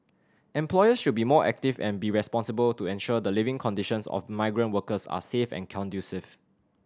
employers should be more active and be responsible to ensure the living conditions of migrant workers are safe and conducive